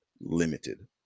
limited